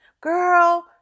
girl